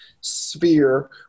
sphere